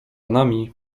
nami